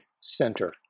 center